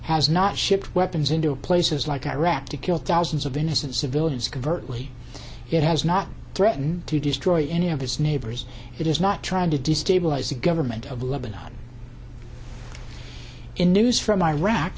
has not shipped weapons into places like iraq to kill thousands of innocent civilians convert it has not threaten to destroy any of its neighbors it is not trying to destabilize the government of lebanon in news from iraq